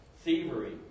thievery